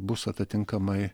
bus atitinkamai